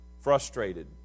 frustrated